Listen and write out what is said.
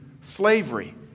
slavery